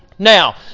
Now